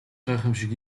гайхамшиг